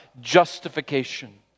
justification